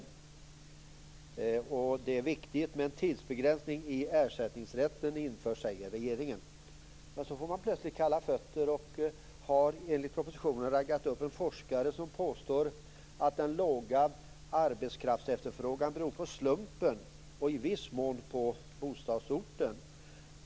Regeringen säger också att det är viktigt att en tidsbegränsning i ersättningsrätten införs, men sedan får man plötsligt kalla fötter. Enligt propositionen har man raggat upp en forskare som påstår att den låga arbetskraftsefterfrågan beror på slumpen och viss mån på bostadsorten.